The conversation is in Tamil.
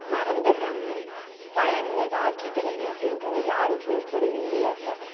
மறந்துடுறாங்க பயனுள்ளதாக ஆக்கிக்கிறது அப்படின்றத யாரும் விரும்புறதும் இல்லை இப்போ